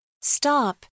Stop